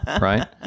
right